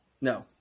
No